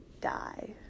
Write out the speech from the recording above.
die